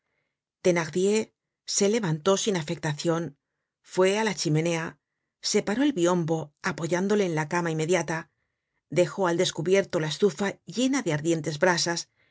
horribles thenardier se levantó sin afectacion fué á la chimenea separó el biombo apoyándole en la cama inmediata dejó al descubierto la estufa llena de ardientes brasas